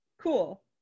Cool